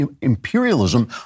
imperialism